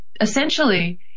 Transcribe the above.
Essentially